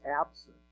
absent